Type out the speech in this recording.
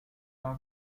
கலாப